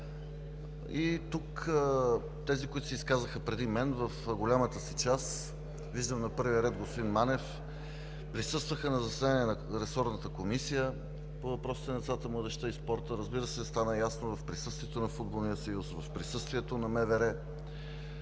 тези, които се изказаха преди мен, в голямата си част – виждам на първия ред господин Манев, присъстваха на заседание на Ресорната комисия по въпросите на децата, младежта и спорта. Разбира се, стана ясно в присъствието на Футболния съюз, в присъствието на МВР.